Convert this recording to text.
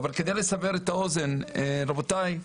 כדי לסבר את האוזן, רבותיי,